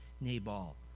Nabal